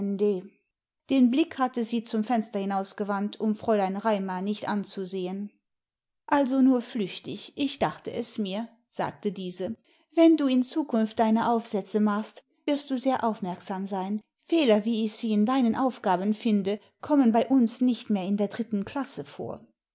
den blick hatte sie zum fenster hinausgewandt um fräulein raimar nicht anzusehen also nur flüchtig ich dachte es mir sagte diese wenn du in zukunft deine aufsätze machst wirst du sehr aufmerksam sein fehler wie ich sie in deinen aufgaben finde kommen bei uns nicht mehr in der dritten klasse vor